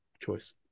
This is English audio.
choice